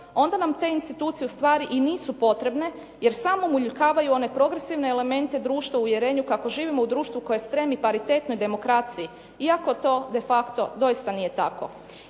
onda nam te institucije ustvari i nisu potrebne, jer samo uljuljkavaju one progresivne elemente društva u uvjerenju kako živimo u društvu koje stremi ... /Govornica se ne razumije./ ... demokraciji iako to de facto doista nije tako.